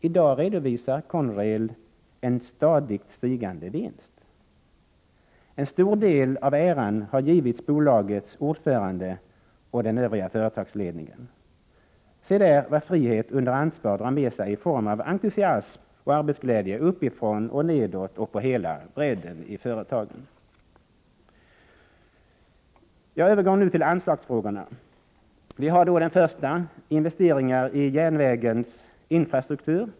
I dag redovisar Conrail en stadigt stigande vinst. En stor del av äran har givits bolagets ordförande och den övriga företagsledningen. Se där vad frihet under ansvar drar med sig i form av entusiasm och arbetsglädje uppifrån och nedåt och på hela bredden i företagen! Jag övergår nu till anslagsfrågorna. Den första gäller investeringar i järnvägens infrastruktur.